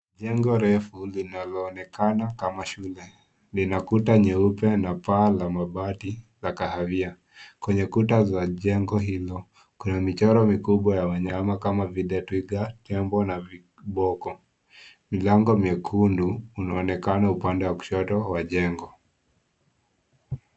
Jengo refu linaloonekana kama shule, lina kuta nyeupe na paa la mabati, la kahawia, kwenye kuta za jengo, kuna michoro kubwa ya wanyama kama vile, tembo, na viboko, milango myekundu unaonekana upande wa kushoto wa jengo.